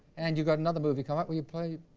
and you got another movie comment. will you play?